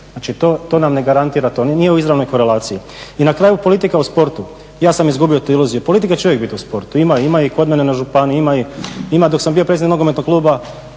to nam ne garantira to, nije u izravnom korelaciji. I na kraju politika u sportu, ja sam izgubio tu iluziju, politika će uvijek biti u sportu, ima i kod mene na županiji, ima. Dok sam bio predsjednik nogometnog kluba